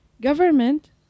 government